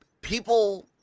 people